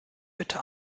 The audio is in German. bitte